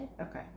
Okay